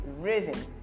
risen